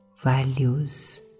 values